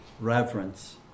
reverence